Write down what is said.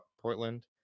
Portland